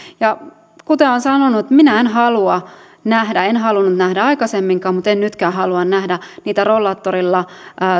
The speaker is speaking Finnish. ja kuten olen sanonut minä en halua nähdä en halunnut nähdä aikaisemminkaan mutta en nytkään halua nähdä niitä rollaattorilla